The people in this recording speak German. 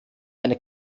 eine